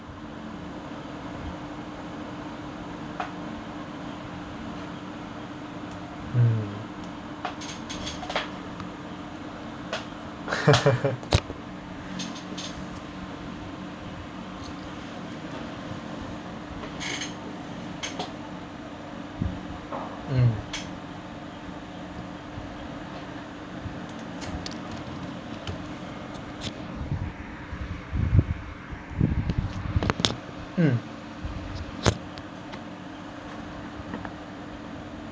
mm mm mm